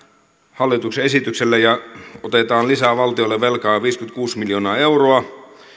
hallituksen esityksellä otetaan lisää velkaa valtiolle viisikymmentäkuusi miljoonaa euroa